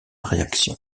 réaction